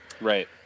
Right